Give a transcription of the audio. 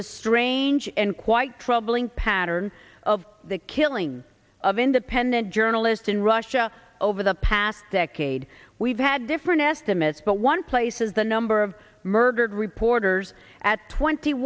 a strange and quite troubling pattern of the killing of independent journalist in russia over the past decade we've had different estimates but one places the number of murdered reporters at twenty